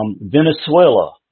Venezuela